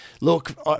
Look